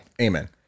amen